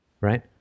right